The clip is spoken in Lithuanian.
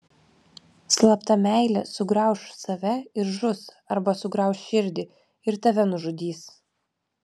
slapta meilė sugrauš save ir žus arba sugrauš širdį ir tave nužudys